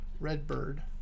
Redbird